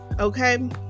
okay